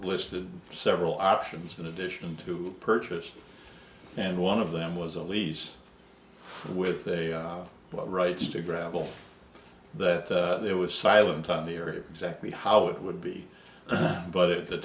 listed several options in addition to purchase and one of them was a lease with a what rights to gravel that there was silent on they are exactly how it would be but at the